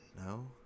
No